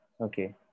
Okay